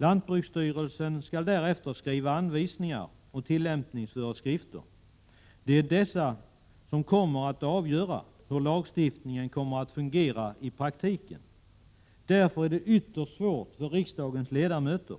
Lantbruksstyrelsen skall därefter skriva anvisningar och tillämpningsföreskrifter. Det är dessa som kommer att avgöra hur lagstiftningen fungerar i praktiken. Därför är det ytterst svårt för riksdagens ledamöter